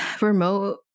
Remote